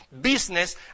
business